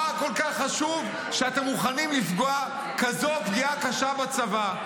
מה כל כך חשוב שאתם מוכנים לפגוע כזאת פגיעה קשה בצבא,